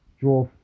draw